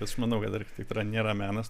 aš manau kad architektūra nėra menas